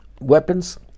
weapons